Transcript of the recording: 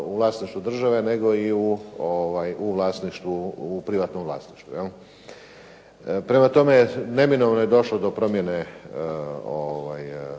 države nego i u vlasništvu, privatnom vlasništvu jel? Prema tome, neminovno je došlo do promjene